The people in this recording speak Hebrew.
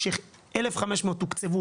כש-1,500 תוקצבו